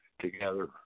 together